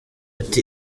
ati